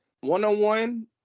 one-on-one